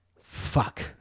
fuck